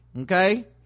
okay